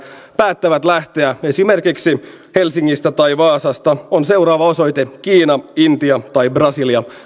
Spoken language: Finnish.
päättävät lähteä esimerkiksi helsingistä tai vaasasta on seuraava osoite kiina intia tai brasilia